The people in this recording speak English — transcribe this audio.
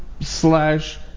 slash